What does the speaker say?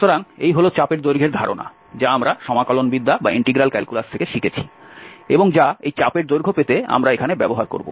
সুতরাং এই হল চাপের দৈর্ঘ্যের ধারণা যা আমরা সমাকলনবিদ্যা থেকে শিখেছি এবং যা এই চাপের দৈর্ঘ্য পেতে আমরা এখানে ব্যবহার করব